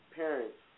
parents